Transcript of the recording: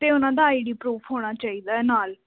ਅਤੇ ਉਹਨਾਂ ਦਾ ਆਈ ਡੀ ਪਰੂਫ ਹੋਣਾ ਚਾਹੀਦਾ ਨਾਲ